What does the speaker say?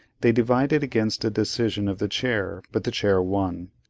they divided against a decision of the chair but the chair won.